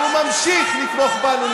והוא ממשיך לתמוך בנו,